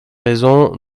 raisons